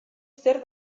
zer